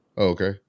Okay